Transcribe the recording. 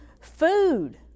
food